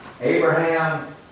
Abraham